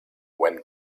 when